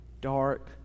dark